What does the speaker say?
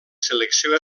selecció